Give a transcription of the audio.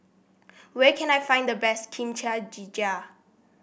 where can I find the best Kimchi Jjigae